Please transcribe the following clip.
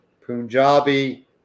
Punjabi